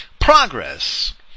progress